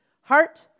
Heart